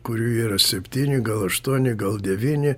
kurių yra septyni gal aštuoni gal devyni